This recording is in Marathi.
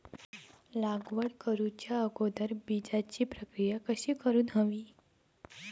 लागवड करूच्या अगोदर बिजाची प्रकिया कशी करून हवी?